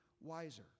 wiser